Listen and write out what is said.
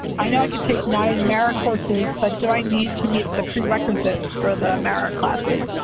i know i can take nine mara courses, but do i need to meet the prerequisites for the mara classes?